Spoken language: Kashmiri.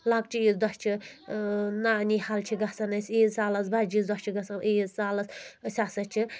لکچہِ عیٖذ دۄہ چھِ نانی حال چھِ گژھان أسۍ عیٖذ سالَس بَجہِ عیٖذ دۄہ چھِ گژھو عیٖد سالَس أسۍ ہسا چھِ